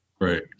Right